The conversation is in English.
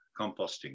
composting